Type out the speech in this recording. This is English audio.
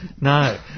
No